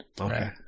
okay